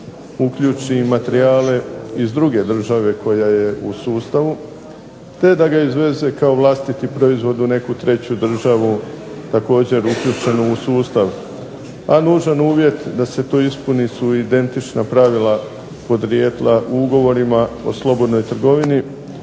uključi i materijale iz druge države koja je u sustavu, te da ga izveze kao vlastiti proizvod u neku treću državu također uključenu u sustav. A nužan uvjet da se to ispuni su identična pravila podrijetla o ugovorima o slobodnoj trgovini